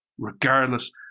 regardless